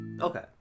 Okay